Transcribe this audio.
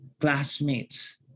classmates